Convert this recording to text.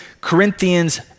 Corinthians